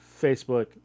Facebook